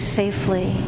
safely